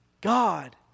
God